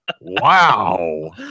Wow